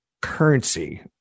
Currency